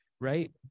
right